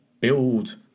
build